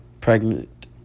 Pregnant